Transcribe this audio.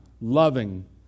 loving